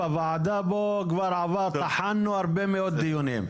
בוועדה פה כבר טחנו הרבה מאוד דיונים.